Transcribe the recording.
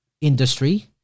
industry